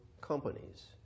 companies